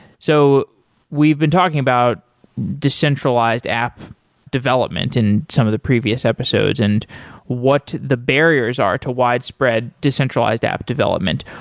so we've been talking about decentralized app development in some of the previous episodes and what the barriers are to widespread decentralized app development.